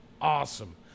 awesome